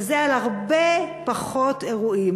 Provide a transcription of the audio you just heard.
וזה על הרבה פחות אירועים.